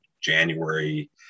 January